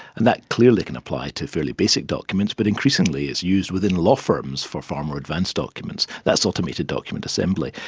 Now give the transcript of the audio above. and that clearly can apply to fairly basic documents, but increasingly it is used within law firms for far more advanced documents. that's automated document assembly.